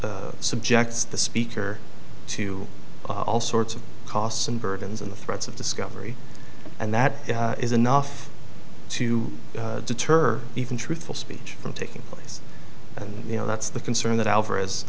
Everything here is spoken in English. e subjects the speaker to all sorts of costs and burdens and threats of discovery and that is enough to deter even truthful speech from taking place and you know that's the concern that alvarez